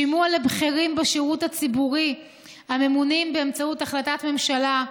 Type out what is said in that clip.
שימוע לבכירים בשירות הציבורי הממונים באמצעות החלטת ממשלה,